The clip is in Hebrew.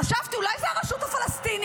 חשבתי, אולי זו הרשות הפלסטינית?